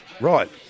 Right